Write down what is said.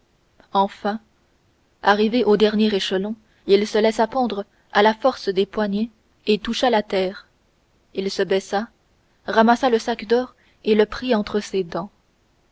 enfin arrivé au dernier échelon il se laissa pendre à la force des poignets et toucha la terre il se baissa ramassa le sac d'or et le prit entre ses dents